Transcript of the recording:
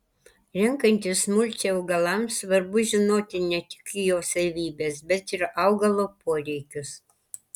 renkantis mulčią augalams svarbu žinoti ne tik jo savybes bet ir augalo poreikius